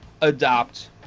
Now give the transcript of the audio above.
adopt